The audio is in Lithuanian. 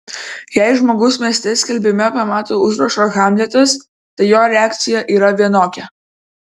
jei žmogus mieste skelbime pamato užrašą hamletas tai jo reakcija yra vienokia